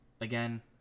Again